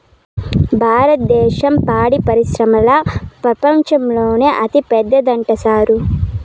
భారద్దేశం పాడి పరిశ్రమల ప్రపంచంలోనే అతిపెద్దదంట సారూ